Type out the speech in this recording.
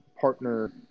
partner